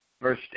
Verse